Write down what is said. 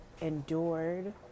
endured